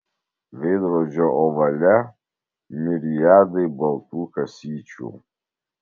veidrodžio ovale miriadai baltų kasyčių